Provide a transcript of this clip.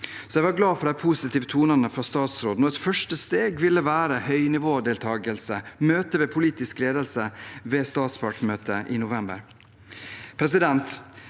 Jeg var glad for de positive tonene fra utenriksministeren. Et første steg ville være høynivådeltakelse, møter med politisk ledelse, ved statspartsmøtet i november.